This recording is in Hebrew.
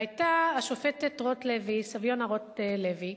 היתה השופטת סביונה רוטלוי,